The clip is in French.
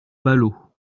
palot